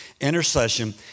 Intercession